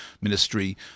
ministry